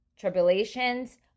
Tribulations